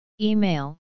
Email